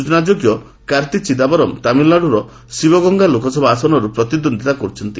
ସ୍ୱଚନାଯୋଗ୍ୟ କାର୍ତ୍ତି ଚିଦାୟରମ୍ ତାମିଲ୍ନାଡ଼ୁର ଶିବଗଙ୍ଗା ଲୋକସଭା ଆସନରୁ ପ୍ରତିଦ୍ୱନ୍ଦ୍ୱିତା କରୁଛନ୍ତି